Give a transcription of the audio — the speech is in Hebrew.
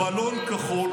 ליאיר, בלון כחול, זמן